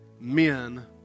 men